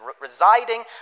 residing